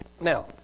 Now